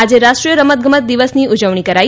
આજે રાષ્ટ્રીય રમતગમત દિવસની ઉજવણી કરાઇ